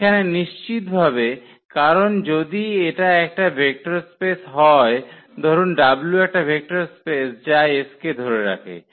এখানে নিশ্চিতভাবে কারণ যদি এটা একটা ভেক্টর স্পেস হয় ধরুন w একটা ভেক্টর স্পেস যা S কে ধরে রাখে